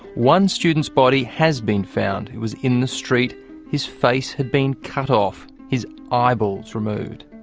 one student's body has been found. it was in the street his face had been cut off, his eyeballs removed.